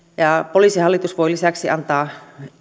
poliisihallitus voi lisäksi antaa